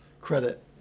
credit